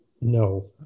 No